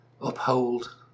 Uphold